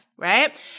right